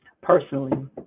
personally